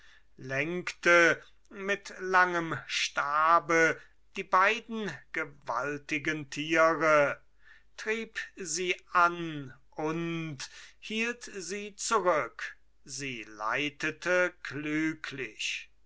lenkte mit langem stabe die beiden gewaltigen tiere trieb sie an und hielt sie zurück sie leitete klüglich